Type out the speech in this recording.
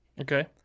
Okay